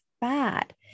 bad